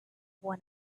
one